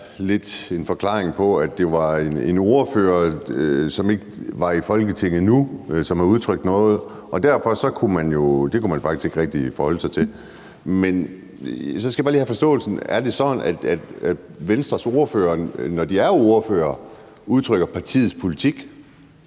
lidt en forklaring med, at det var en ordfører, som ikke var i Folketinget nu, som havde udtrykt noget, og at man jo derfor faktisk ikke rigtig kunne forholde sig til det. Men så skal jeg bare lige have forståelsen af det. Er det sådan, at Venstres ordførere, når de er ordførere, udtrykker partiets politik?